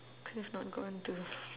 could have not gone to